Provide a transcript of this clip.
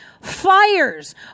fires